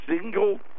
single